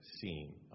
seen